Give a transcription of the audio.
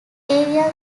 area